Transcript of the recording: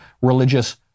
religious